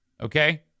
Okay